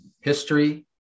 history